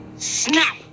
snap